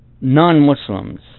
non-Muslims